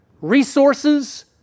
resources